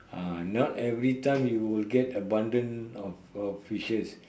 ah not every time you will get a bundle of of fishes